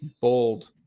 bold